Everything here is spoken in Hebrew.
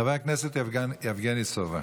חבר הכנסת יבגני סובה.